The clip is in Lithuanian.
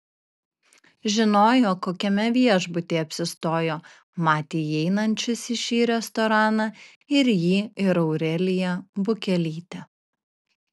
žinojo kokiame viešbutyje apsistojo matė įeinančius į šį restoraną ir jį ir aureliją bukelytę